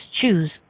choose